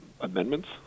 amendments